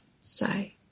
say